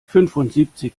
fünfundsiebzig